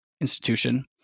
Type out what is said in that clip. institution